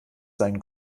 sein